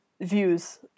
views